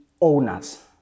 owners